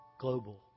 global